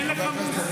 אין לך מושג,